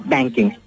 Banking